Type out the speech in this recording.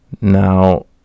now